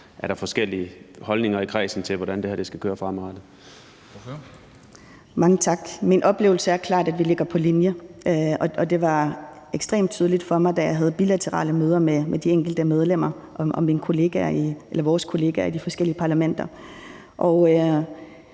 Dam Kristensen): Ordføreren. Kl. 10:41 Aaja Chemnitz Larsen (IA): Mange tak. Min oplevelse er klart, at vi ligger på linje, og det var ekstremt tydeligt for mig, da jeg havde bilaterale møder med de enkelte medlemmer og vores kollegaer i de forskellige parlamenter.